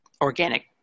organic